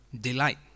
delight